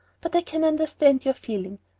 but i can understand your feeling.